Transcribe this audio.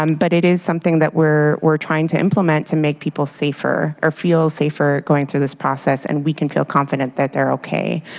um but it is something we're we're trying to implement to make people safer or feel safer going through this process. and we can feel confident that they're okay.